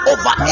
Over